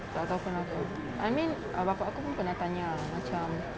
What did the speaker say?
tak tahu kenapa I mean bapak akau pun pernah tanya ah macam